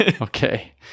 Okay